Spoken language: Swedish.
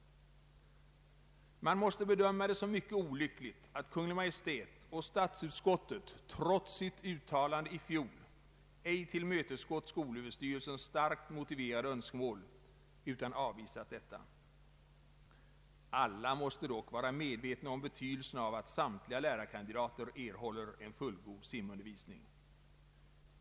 Man måste bedöma det som mycket olyckligt att Kungl. Maj:t och statsutskottet trots sitt uttalande i fjol ej tillmötesgått skolöverstyrelsens starkt motiverade önskemål utan avvisat detta. Alla måste dock vara medvetna om betydelsen av att samtliga lärarkandidater erhåller en fullgod simundervisning.